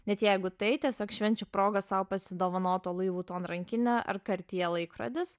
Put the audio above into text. net jeigu tai tiesiog švenčių proga sau pasidovanoto lui vuton rankinė ar cartier laikrodis